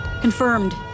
Confirmed